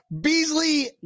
Beasley